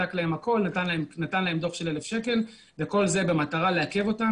נתן להן דוח של 1,000 שקלים וכל זה במטרה לעכב אותן